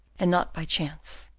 and not by chance.